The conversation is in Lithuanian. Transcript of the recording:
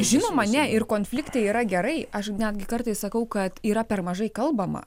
žinoma ne ir konfliktai yra gerai aš netgi kartais sakau kad yra per mažai kalbama